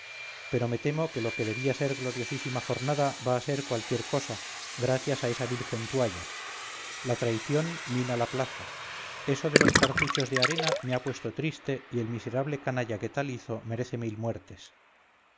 pero me temo que lo que debía ser gloriosísima jornada va a ser cualquier cosa gracias a esa vil gentualla la traición mina la plaza eso de los cartuchos de arena me ha puesto triste y el miserable canalla que tal hizo merece mil muertes